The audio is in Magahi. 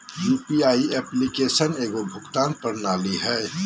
यू.पी.आई एप्लिकेशन एगो भुगतान प्रणाली हइ